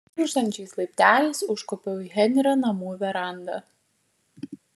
girgždančiais laipteliais užkopiau į henrio namų verandą